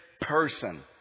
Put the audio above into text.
person